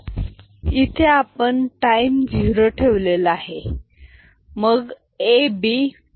इथे आपण time zero ठेवलेला आहे